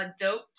dope